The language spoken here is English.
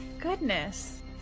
Goodness